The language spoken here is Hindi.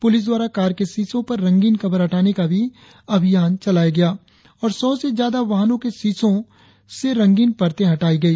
पुलिस द्वारा कार कि शीशों पर रंगीन कवर हटाने का भी अभियान चलाया गया और सौ से ज्यादा वाहनों के शीशों से रंगीन परते हटाई गई